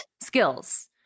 skills